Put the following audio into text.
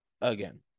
again